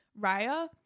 Raya